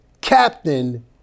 Captain